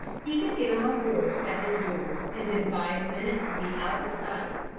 he could get on a horse at his door and in five minutes be out of sight.